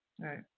right